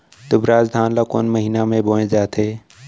दुबराज धान ला कोन महीना में बोये जाथे?